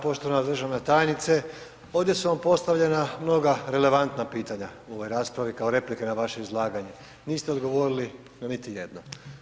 Poštovana državna tajnice, ovdje su vam postavljena mnoga relevantna pitanja u ovoj raspravi kao replike na vaše izlaganje, niste odgovorili na niti jedno.